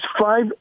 five